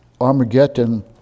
Armageddon